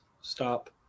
stop